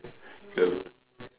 clever